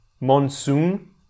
monsoon